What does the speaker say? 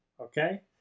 Okay